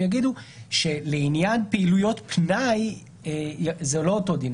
יאמרו שלעניין פעילויות פנאי זה לא אותו דין.